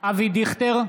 אבי דיכטר,